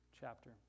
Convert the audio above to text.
chapter